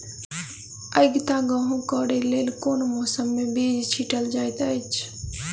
आगिता गेंहूँ कऽ लेल केँ मौसम मे बीज छिटल जाइत अछि?